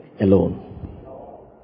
alone